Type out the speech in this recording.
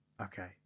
okay